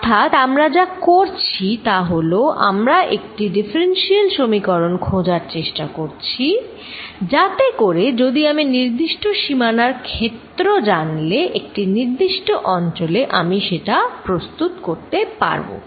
অর্থাৎ আমরা যা করছি তা হলো আমরা একটি ডিফারেন্সিয়াল সমীকরণ খোঁজার চেষ্টা করছি যাতে করে যদি আমি নির্দিষ্ট সীমানার ক্ষেত্র জানলে একটি নির্দিষ্ট অঞ্চলে আমি সেটা প্রস্তুত করতে পারবো